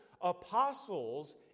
apostles